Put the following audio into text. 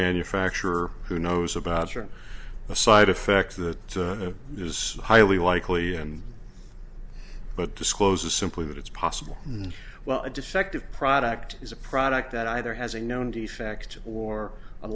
manufacturer who knows about the side effects the is highly likely and but discloses simply that it's possible well a defective product is a product that either has a known defect or a